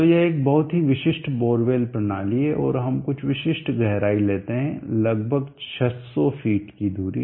तो यह एक बहुत ही विशिष्ट बोरवेल प्रणाली है और हम कुछ विशिष्ट गहराई लेते है लगभग 600 फीट की दूरी